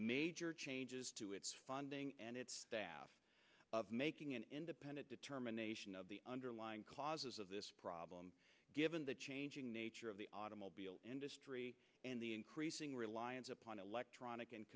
major changes to its funding and its staff of making an independent determination of the underlying causes of this problem given the changing nature of the automobile industry and the increasing reliance electronic and